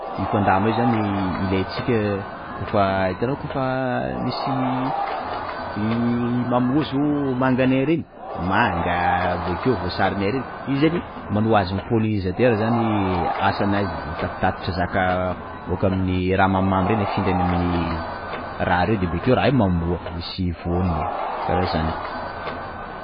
Io fandrama io zany ilaintsika ah, hitanao koafa misy ii mamoa zao manganay reny, manga, bokeo voasarinay reny, io zany manao agent Polonisateur zany asanazy, mitatitatitra zaka boaka aminy raha mamimamy reny afindrany aminy raha reo de bokeo raha io mamoa, karaha zany.